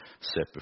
set